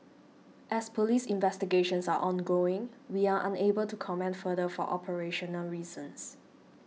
as Police investigations are ongoing we are unable to comment further for operational reasons